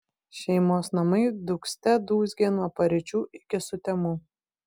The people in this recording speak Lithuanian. šeimos namai dūgzte dūzgė nuo paryčių iki sutemų